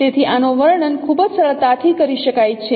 તેથી આનો વર્ણન ખૂબ જ સરળતાથી કરી શકાય છે